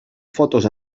fotos